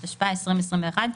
התשפ"א-2021.